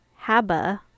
HABA